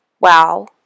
wow